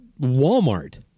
Walmart